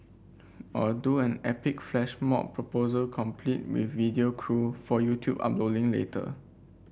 or do an epic flash mob proposal complete with video crew for YouTube uploading later